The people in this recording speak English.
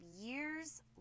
years